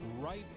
right